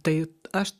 tai aš